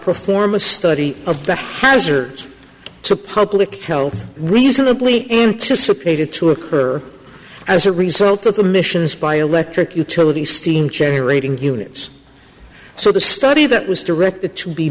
perform a study of the hazards to public health reasonably anticipated to occur as a result of the missions by electric utility steam generating units so the study that was directed to be